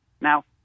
Now